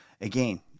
again